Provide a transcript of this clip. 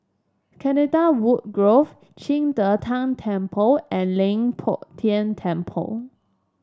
Canadawood Grove Qing De Tang Temple and Leng Poh Tian Temple